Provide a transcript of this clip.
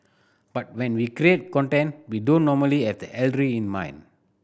but when we create content we don't normally have the elderly in mind